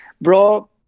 bro